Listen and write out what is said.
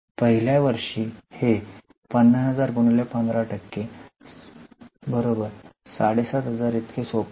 पहिल्या वर्षी हे 50000 15 7500 इतके सोपे आहे